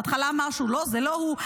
בהתחלה הוא אמר שלא זה לא הוא,